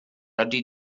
ydy